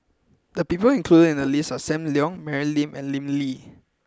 the people included in the list are Sam Leong Mary Lim and Lim Lee